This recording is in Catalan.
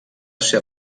ser